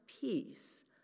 peace